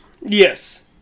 Yes